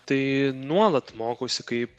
tai nuolat mokausi kaip